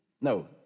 no